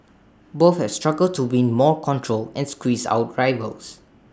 both have struggled to win more control and squeeze out rivals